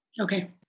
Okay